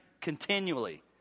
continually